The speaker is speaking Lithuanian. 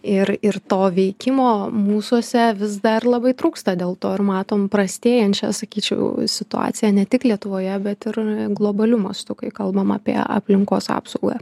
ir ir to veikimo mūsuose vis dar labai trūksta dėl to ir matom prastėjančią sakyčiau situaciją ne tik lietuvoje bet ir globaliu mastu kai kalbama apie aplinkos apsaugą